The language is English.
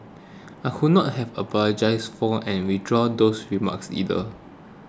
I would not have apologised for and withdrawn those remarks either